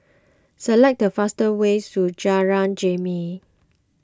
select the fastest ways to Jalan Jermin